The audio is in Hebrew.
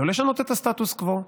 לא לשנות את הסטטוס קוו,